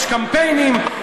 יש קמפיינים,